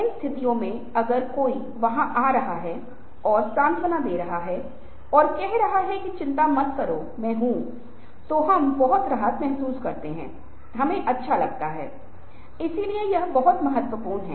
दोस्तों जो मैं आपके साथ साझा करने की कोशिश कर रहा हूं वह यह है कि दृश्य दुनिया ने धीरे धीरे आभासी दुनिया को रास्ता दिया है और हमने आभासी दुनिया में उभरना शुरू कर दिया है